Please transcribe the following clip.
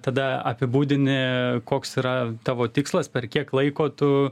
tada apibūdini koks yra tavo tikslas per kiek laiko tu